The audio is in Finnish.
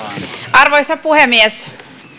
arvoisa puhemies